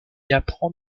apprend